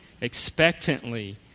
expectantly